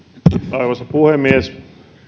arvoisa puhemies